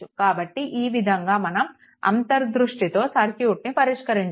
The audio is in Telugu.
కాబట్టి ఈ విధంగా మనం అంతర్ దృష్టితో సర్క్యూట్ని పరిష్కరించాలి